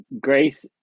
grace